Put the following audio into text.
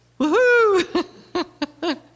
Woohoo